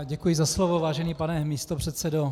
Děkuji za slovo, vážený pane místopředsedo.